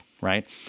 Right